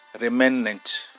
remnant